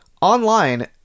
Online